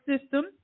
system